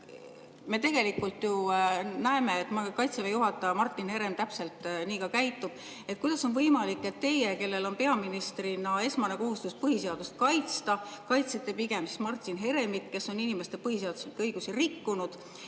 Me tegelikult ju näeme, et Kaitseväe juhataja Martin Herem täpselt nii ka käitub. Kuidas on võimalik, et teie, kellel on peaministrina esmane kohustus põhiseadust kaitsta, kaitsete pigem Martin Heremit, kes on inimeste põhiseaduslikke õigusi rikkunud?